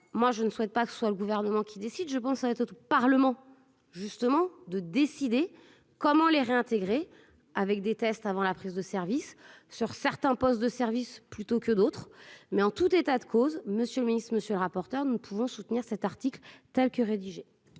moi je ne souhaite pas que ce soit le gouvernement qui décide, je pense, ça va être autre Parlement justement de décider comment les réintégrer, avec des tests avant la prise de service sur certains postes de service, plutôt que d'autres mais en tout état de cause, monsieur le ministre, monsieur le rapporteur ne pouvons soutenir cet article. Telle que rédigée